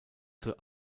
zur